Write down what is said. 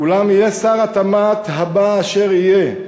אולם יהיה שר התמ"ת הבא אשר יהיה,